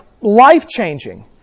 life-changing